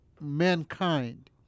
mankind